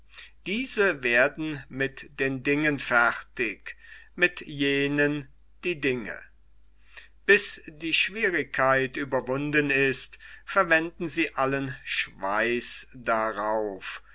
diese werden mit den dingen fertig mit jenen die dinge bis die schwierigkeit überwunden ist verwenden sie allen schweiß darauf